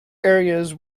areas